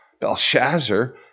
Belshazzar